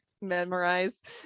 memorized